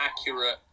accurate